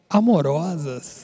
amorosas